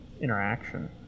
interaction